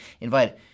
invited